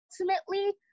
ultimately